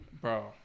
bro